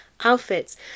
outfits